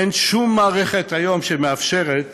אין שום מערכת היום שמאפשרת